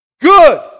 good